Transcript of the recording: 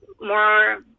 more